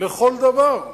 לכל דבר.